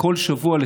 שבכל שבוע כמעט,